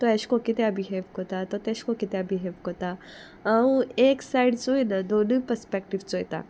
तो एशेंकोन कित्या बिहेव कोता तो तेशें कोया बिहेव कोता हांव एक सायड चोयना दोनूय पर्सपॅक्टीव चोयता